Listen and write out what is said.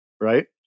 right